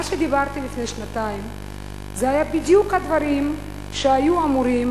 מה שדיברתי לפני שנתיים היו בדיוק הדברים שהיו אמורים,